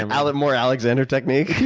and like more alexander technique.